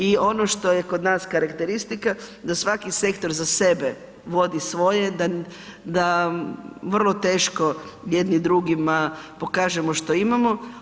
I ono što je kod nas karakteristika da svaki sektor za sebe vodi svoje, da vrlo teško jedni drugima pokažemo što imamo.